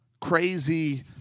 crazy